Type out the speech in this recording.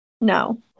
No